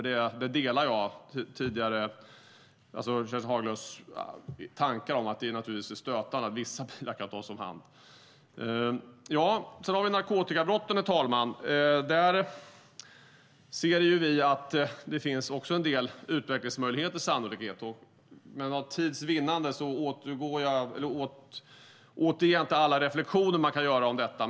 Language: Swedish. Där delar jag Kerstin Haglös tankar om att det naturligtvis är stötande att vissa bilar kan tas om hand. När det gäller att komma till rätta med narkotikabrotten ser vi att det sannolikt finns en del utvecklingsmöjligheter. Men för tids vinnande återger jag inte alla reflexioner som man kan göra om detta.